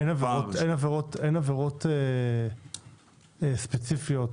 אין עבירות ספציפיות,